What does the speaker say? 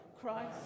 Christ